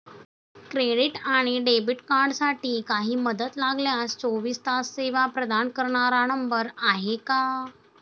Credit आणि debit कार्डसाठी काही मदत लागल्यास चोवीस तास सेवा प्रदान करणारा नंबर आहे का?